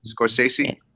Scorsese